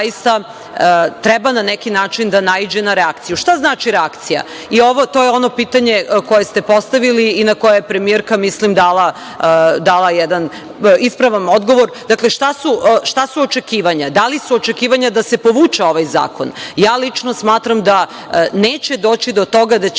treba na neki način da naiđe na reakciju. Šta znači reakcija? To je ono pitanje koje ste postavili i na koje je premijerka, ja mislim, dala jedan ispravan odgovor. Dakle, šta su očekivanja? Da li su očekivanja da se povuče ovaj zakon? Lično smatram da neće doći do toga da će